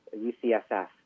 UCSF